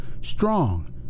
strong